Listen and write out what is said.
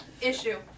issue